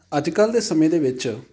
ਅੱਜ ਕੱਲ੍ਹ ਦੇ ਸਮੇਂ ਦੇ ਵਿੱਚ